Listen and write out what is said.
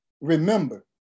remember